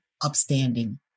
upstanding